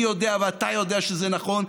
אני יודע ואתה יודע שזה נכון.